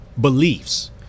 beliefs